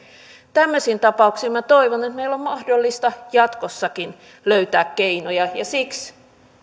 tämmöisiin tapauksiin toivon että meillä on mahdollista jatkossakin löytää keinoja ja siksi